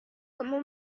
como